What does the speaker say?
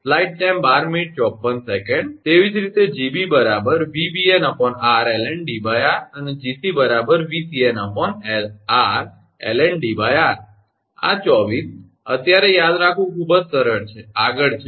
તેવી જ રીતે 𝐺𝑏 𝑉𝑏𝑛𝑟ln𝐷𝑟 અને 𝐺𝑐 𝑉𝑐𝑛𝑟ln𝐷𝑟 આ 24 અત્યારે યાદ રાખવું ખૂબ જ સરળ છે આગળ છે